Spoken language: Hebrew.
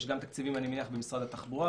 אני מניח שיש תקציבים גם במשרד התחבורה,